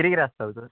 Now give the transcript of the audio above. किदें किदें आसता तर